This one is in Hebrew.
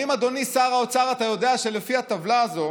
אדוני שר האוצר, האם אתה יודע שלפי הטבלה הזאת